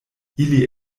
ili